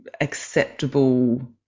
acceptable